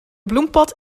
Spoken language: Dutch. bloempot